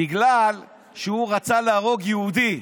בגלל שהוא רצה להרוג יהודי,